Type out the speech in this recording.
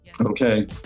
Okay